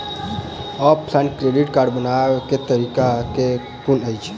Offline credit card बनाबै केँ तरीका केँ कुन अछि?